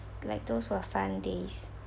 like those were fun days